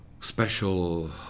special